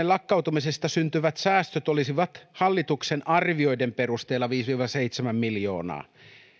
lakkauttamisesta syntyvät säästöt olisivat hallituksen arvioiden perusteella viisi viiva seitsemän miljoonaa